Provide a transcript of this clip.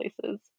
places